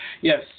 Yes